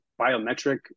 biometric